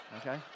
okay